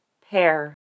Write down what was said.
pair